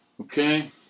Okay